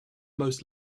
most